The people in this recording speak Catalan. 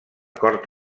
cort